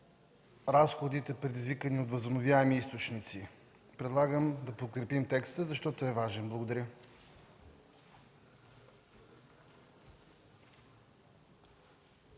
разходите, предизвикани от възобновяеми източници. Предлагам да подкрепим текста, защото е важен. Благодаря.